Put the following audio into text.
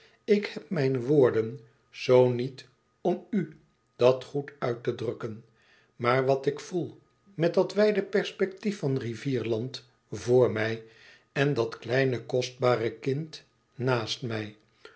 ik heb mijne woorden zoo niet om u dat goed uit te drukken maar wat ik voel met dat wijde perspectief van rivierland voor mij en dat kleine kostbare kind naast mij